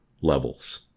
levels